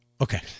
Okay